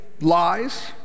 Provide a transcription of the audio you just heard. lies